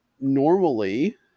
normally